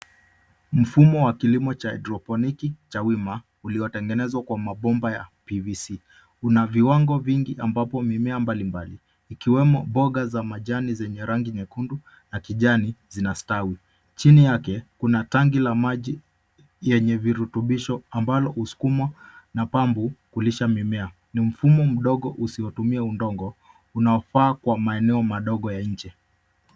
Mfumo wa kilimo cha haidroponiki cha wima uliotengenezwa kwa mabomba ya PVC . Kuna viwango vingi ambapo mimea mbalimbali ikiwemo mboga za majani zenye rangi nyekundu na kijani zinastawi. Chini yake kuna tangi la maji yenye virutubisho ambalo husukumwa na pampu kulisha mimea. Ni mfumo mdogo usiotumia udongo unaofaa kwa maeneo madogo ya nje.